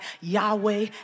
Yahweh